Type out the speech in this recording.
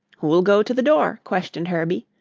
who'll go to the door? questioned herbie.